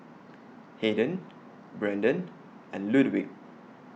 Haden Brenden and Ludwig